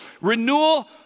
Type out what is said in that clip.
Renewal